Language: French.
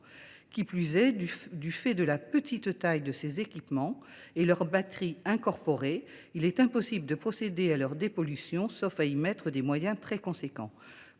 Qui plus est, du fait de la petite taille de ces équipements et de leur batterie incorporée, il est impossible de procéder à leur dépollution, sauf à y consacrer des moyens très importants.